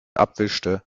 abwischte